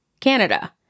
Canada